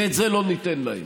ואת זה לא ניתן להם.